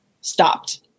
stopped